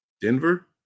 Denver